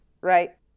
right